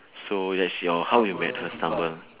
so that's your how you met her stumble